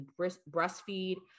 breastfeed